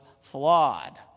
flawed